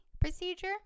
procedure